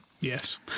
Yes